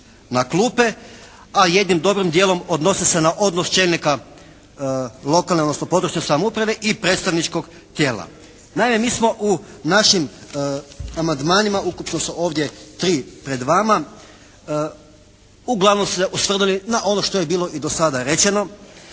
na klupe, a jednim dobrim dijelom odnose se na odnos čelnika lokalne, odnosno područne samouprave i predstavničkog tijela. Naime mi smo u našim amandmanima, ukupno su ovdje 3 pred vama, uglavnom se osvrnuli na ono što je bilo i do sada rečeno.